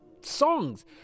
songs